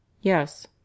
Yes